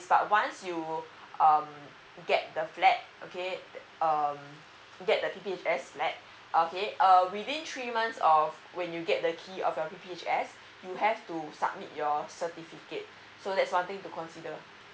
but once you um get the flat okay uh get the p p h s flat uh okay uh within three months of when you get the key of your p p h s you have to submit your certificate so that's one thing to consider